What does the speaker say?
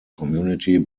community